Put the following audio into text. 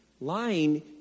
lying